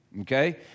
okay